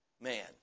man